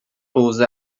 حوزه